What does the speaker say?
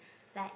like